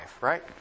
right